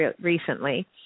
recently